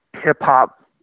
hip-hop